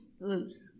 Loose